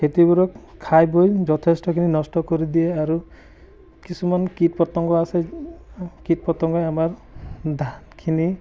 খেতিবোৰক খাই বৈ যথেষ্টখিনি নষ্ট কৰি দিয়ে আৰু কিছুমান কীট পতংগ আছে কীট পতংগই আমাৰ ধানখিনি